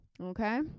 Okay